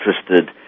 interested